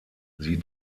sie